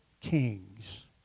kings